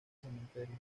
cementerio